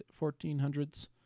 1400s